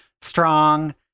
strong